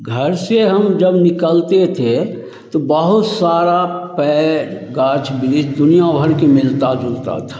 घर से हम जब निकलते थे तो बहुत सारा पैर गाछ बृछ दुनिया भर के मिलता जुलता था